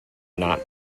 not